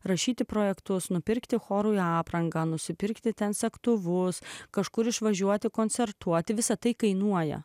rašyti projektus nupirkti chorui aprangą nusipirkti ten segtuvus kažkur išvažiuoti koncertuoti visa tai kainuoja